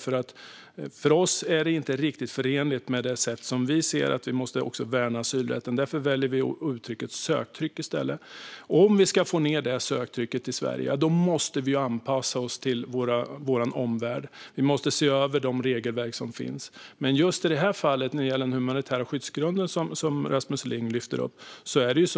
För oss är det inte riktigt förenligt med det sätt som vi ser att vi måste värna asylrätten på. Därför väljer vi uttrycket söktryck i stället. Om vi ska få ned söktrycket till Sverige måste vi anpassa oss till vår omvärld. Vi måste se över de regelverk som finns. Men just i det här fallet, när det gäller den humanitära skyddsgrunden som Rasmus Ling lyfter upp, finns